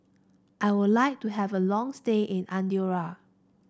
I would like to have a long stay in Andorra